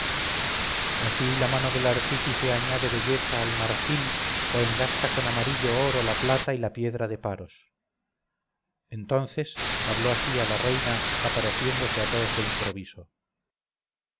así la mano del artífice añade belleza al marfil o engasta con amarillo oro la plata y la piedra de paros entonces habló así a la reina apareciéndose a todos de improviso